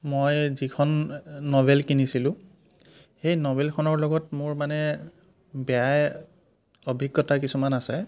মই যিখন নবেল কিনিছিলোঁ সেই নবেলখনৰ লগত মোৰ মানে বেয়াই অভিজ্ঞতা কিছুমান আছে